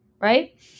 right